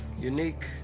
unique